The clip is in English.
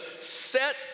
set